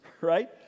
right